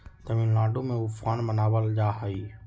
तमिलनाडु में उफान मनावल जाहई